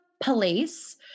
police